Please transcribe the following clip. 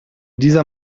dieser